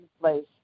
place